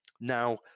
Now